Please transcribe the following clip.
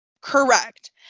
Correct